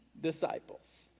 disciples